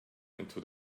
into